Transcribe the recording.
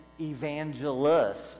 evangelist